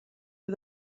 for